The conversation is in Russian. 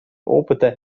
опыта